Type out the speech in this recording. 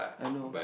I know